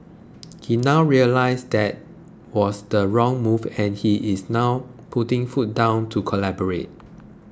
he now realises that was the wrong move and he is now putting foot down to collaborate